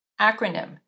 Acronym